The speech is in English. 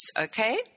okay